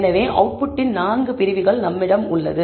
எனவே அவுட்புட்டின் 4 பிரிவுகள் நம்மிடம் உள்ளது